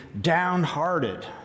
downhearted